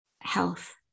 health